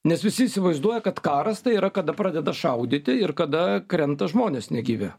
nes visi įsivaizduoja kad karas tai yra kada pradeda šaudyti ir kada krenta žmonės negyvi